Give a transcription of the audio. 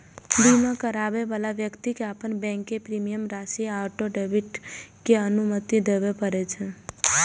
बीमा कराबै बला व्यक्ति कें अपन बैंक कें प्रीमियम राशिक ऑटो डेबिट के अनुमति देबय पड़ै छै